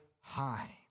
high